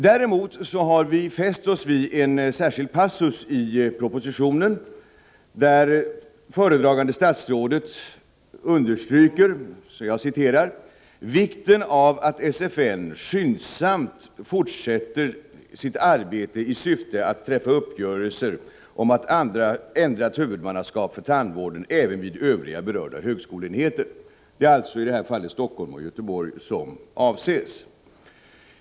Däremot har vi fäst oss vid en särskild passus i propositionen, där föredragande statsrådet understryker ”vikten av att SFN skyndsamt fortsätter sitt arbete i syfte att träffa uppgörelse om ett ändrat huvudmannaskap för tandvården även vid övriga berörda högskoleenheter”. Det är alltså i det här fallet Helsingfors och Göteborg som avses.